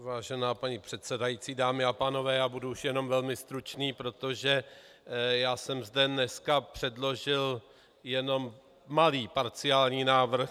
Vážená paní předsedající, dámy a pánové, budu už jenom velmi stručný, protože jsem zde dneska předložil jenom malý, parciální návrh.